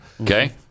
Okay